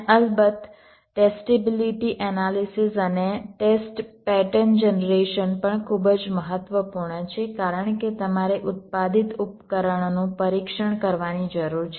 અને અલબત્ત testability analysis અને ટેસ્ટ પેટર્ન જનરેશન પણ ખૂબ જ મહત્વપૂર્ણ છે કારણ કે તમારે ઉત્પાદિત ઉપકરણોનું પરીક્ષણ કરવાની જરૂર છે